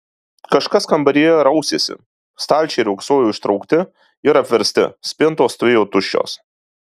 kažkas kambaryje rausėsi stalčiai riogsojo ištraukti ir apversti spintos stovėjo tuščios